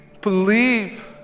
believe